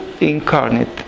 incarnate